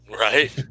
Right